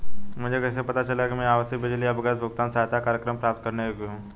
मुझे कैसे पता चलेगा कि मैं आवासीय बिजली या गैस भुगतान सहायता कार्यक्रम प्राप्त करने के योग्य हूँ?